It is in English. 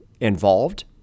involved